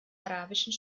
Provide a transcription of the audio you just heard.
arabischen